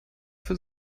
für